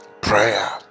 Prayer